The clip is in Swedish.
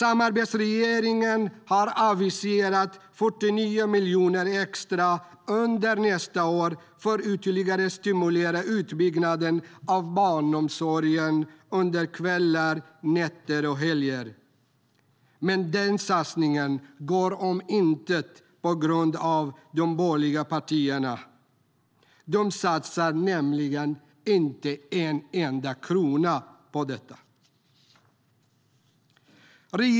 Samarbetsregeringen har aviserat 49 miljoner extra under nästa år för att ytterligare stimulera utbyggnaden av barnomsorgen under kvällar, nätter och helger. Men den satsningen går om intet på grund av de borgerliga partierna.